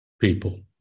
people